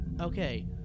okay